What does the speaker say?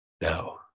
Now